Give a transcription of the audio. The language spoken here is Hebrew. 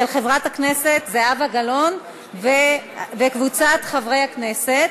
של חברת הכנסת זהבה גלאון וקבוצת חברי הכנסת.